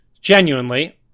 Genuinely